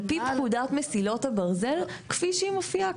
על פי פקודת מסילות הברזל כפי שהיא מופיעה כאן.